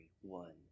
one